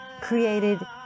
created